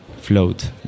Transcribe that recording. float